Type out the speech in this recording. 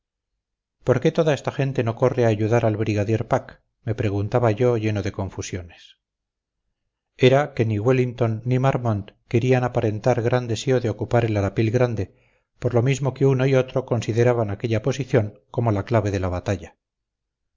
qué toda esta gente no corre a ayudar al brigadier pack me preguntaba yo lleno de confusiones era que ni wellington ni marmont querían aparentar gran deseo de ocupar el arapil grande por lo mismo que uno y otro consideraban aquella posición como la clave de la batalla